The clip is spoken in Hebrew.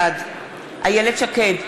בעד איילת שקד,